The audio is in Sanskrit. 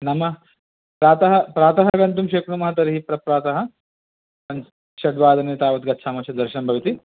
नाम प्रातः प्रातः गन्तुं शक्नुमः तर्हि प्रप्रातः षड् वादने तावत् गच्छामः चेत् दर्शनं भवति